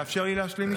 תאפשר לי להשלים משפט.